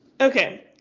okay